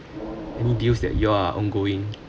and deals that you are ongoing